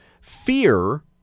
fear